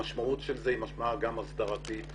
המשמעות של זה היא משמעות הסדרתית,